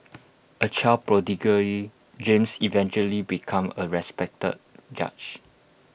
A child prodigy James eventually became A respected judge